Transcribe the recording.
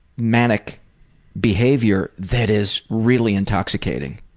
manic behavior that is really intoxicating.